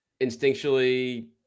instinctually